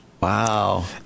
wow